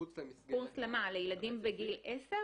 מחוץ למסגרת -- קורס לילדים בגיל 10?